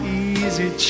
easy